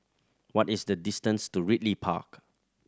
what is the distance to Ridley Park